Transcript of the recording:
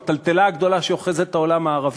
הטלטלה הגדולה שאוחזת את העולם הערבי,